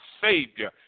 Savior